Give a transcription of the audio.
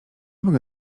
mogę